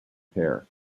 pair